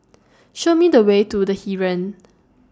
Show Me The Way to The Heeren